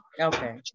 Okay